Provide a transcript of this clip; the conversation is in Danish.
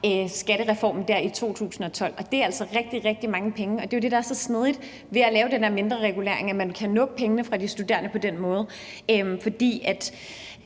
skattereformen i 2012, og det er altså rigtig, rigtig mange penge. Det er jo det, der er så snedigt ved at lave den der mindreregulering, at man kan nuppe pengene fra de studerende på den måde, fordi det